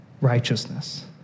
righteousness